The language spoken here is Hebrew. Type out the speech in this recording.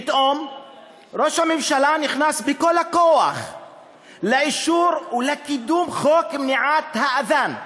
פתאום ראש הממשלה נכנס בכל הכוח לאישור ולקידום חוק מניעת האד'אן.